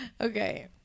Okay